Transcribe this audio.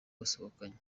basohokanye